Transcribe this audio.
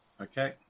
Okay